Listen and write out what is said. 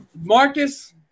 Marcus